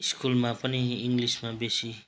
स्कुलमा पनि इङ्लिसमा बेसी